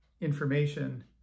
information